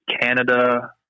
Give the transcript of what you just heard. Canada